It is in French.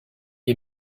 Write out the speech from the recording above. est